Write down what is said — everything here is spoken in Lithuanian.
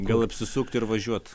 gal apsisukti ir važiuot